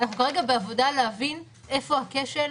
אנחנו כרגע בעבודה להבין איפה הכשל,